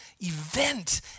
event